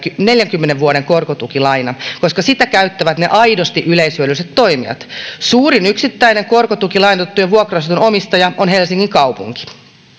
neljänkymmenen vuoden korkotukilaina koska sitä käyttävät ne aidosti yleishyödylliset toimijat suurin yksittäinen korkotukilainoitettujen vuokra asuntojen omistaja on helsingin kaupunki